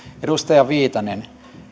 edustaja viitanen